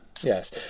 yes